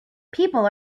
people